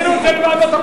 אני טוען שאי-אפשר לעשות,